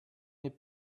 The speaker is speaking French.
n’est